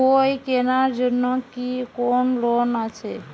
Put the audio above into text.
বই কেনার জন্য কি কোন লোন আছে?